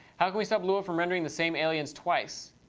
how can we stop lua from rendering the same aliens twice?